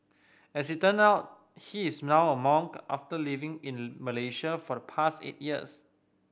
as it turn out he is now a monk after living in Malaysia for the past eight years